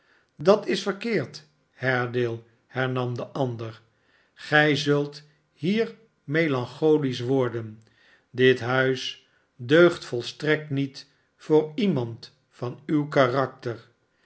dat is verkeerd haredale hernam de ander sgij zult hier melancholisch worden dit huis deugt volstrekt niet voor iemand van uw karakter